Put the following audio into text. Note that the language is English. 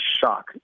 shock